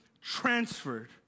transferred